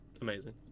Amazing